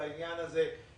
על העניין הזה,